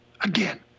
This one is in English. again